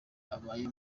abaye